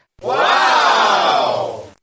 Wow